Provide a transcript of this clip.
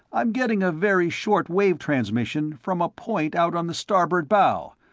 i'm getting a very short wave transmission from a point out on the starboard bow.